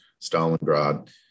Stalingrad